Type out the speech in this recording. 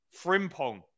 Frimpong